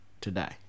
today